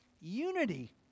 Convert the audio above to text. Unity